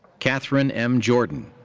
catherine m. jordan.